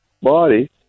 body